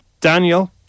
Daniel